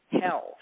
health